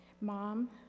Mom